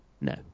No